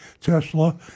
Tesla